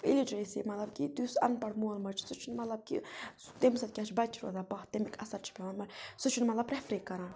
illiteracy مطلب کہِ یُس اَن پَڑھ مول موج چھُ سُہ چھُنہٕ مطلب کہِ سُہ تمہِ سۭتۍ کیاہ چھُ بَچہِ روزان باہ تَمیُک اَثر چھُ پیٚوان مگر سُہ چھُنہٕ مطلب پریٚفرے کَران